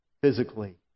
physically